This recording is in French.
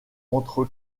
entre